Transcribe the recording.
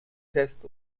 test